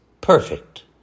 perfect